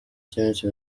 cy’iminsi